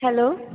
hello